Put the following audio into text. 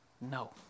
No